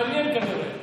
מעניין, כנראה.